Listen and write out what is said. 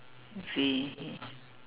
ve~